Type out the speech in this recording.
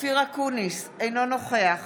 אינו נוכח